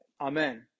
Amen